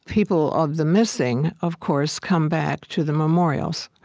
people of the missing, of course, come back to the memorials,